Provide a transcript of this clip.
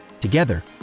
Together